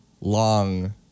long